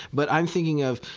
but i'm thinking of,